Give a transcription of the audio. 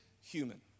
human